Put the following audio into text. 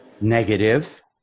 Negative